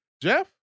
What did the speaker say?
Jeff